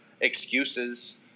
excuses